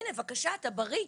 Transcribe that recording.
הנה, בבקשה, אתה בריא.